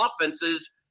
offenses